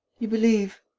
you believe.